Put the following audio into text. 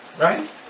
Right